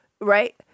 right